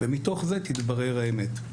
מתוך זה תתברר האמת.